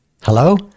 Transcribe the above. Hello